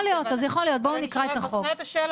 יכול להיות, אז יכול להיות, בואו נקרא את החוק.